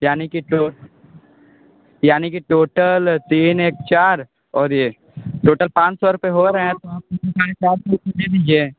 यानी कि तो यानी की टोटल तीन एक चार और ये टोटल पाँच सौ रुपए हो रहे हैं दे दीजिए